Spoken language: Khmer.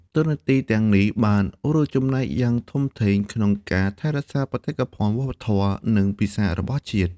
តួនាទីទាំងនេះបានរួមចំណែកយ៉ាងធំធេងក្នុងការថែរក្សាបេតិកភណ្ឌវប្បធម៌ និងភាសារបស់ជាតិ។